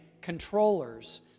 controllers